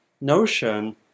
notion